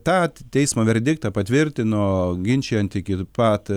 tą teismo verdiktą patvirtino ginčijant iki pat